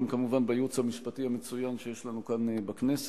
גם בייעוץ המשפטי המצוין שיש לנו כאן בכנסת.